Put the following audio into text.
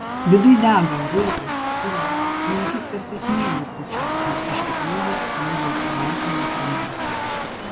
viduj dega raitos skyla į akis tarsi smėlį pučia nors iš tikrųjų jų jau savaitė nepramerkiu